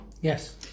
yes